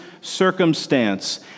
circumstance